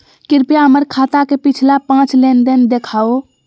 कृपया हमर खाता के पिछला पांच लेनदेन देखाहो